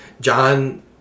John